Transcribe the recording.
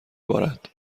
بارد